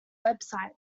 websites